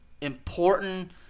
important